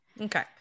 Okay